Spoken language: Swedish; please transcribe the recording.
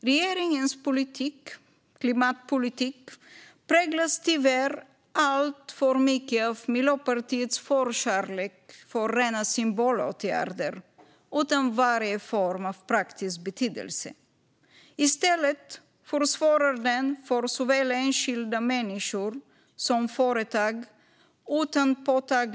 Regeringens klimatpolitik präglas tyvärr alltför mycket av Miljöpartiets förkärlek för rena symbolåtgärder utan varje form av praktisk betydelse. Utan påtaglig effekt för miljön försvårar den i stället för såväl enskilda människor som företag.